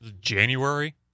January